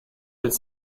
its